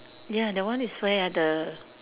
ya that one is where ah the